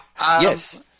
Yes